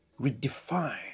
redefine